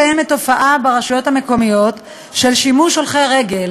קיימת ברשויות המקומיות תופעה של שימוש הולכי רגל